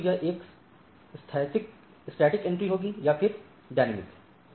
अब या तो यह एक स्थैतिक प्रविष्टि होगी या फिर गत्यात्मक प्रविष्टि